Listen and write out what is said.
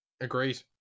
Agreed